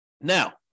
Now